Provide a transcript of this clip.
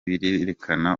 birerekana